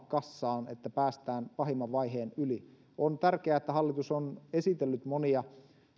kassaan että päästään pahimman vaiheen yli on tärkeää että hallitus on esitellyt monia